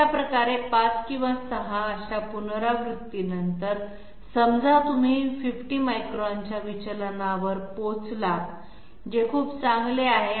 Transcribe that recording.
अशा प्रकारे 5 किंवा 6 अशा पुनरावृत्तीनंतर समजा तुम्ही 50 मायक्रॉनच्या विचलनावर पोचलात जे खूप चांगले आहे